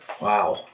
Wow